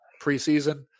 preseason